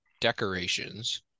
decorations